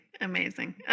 Amazing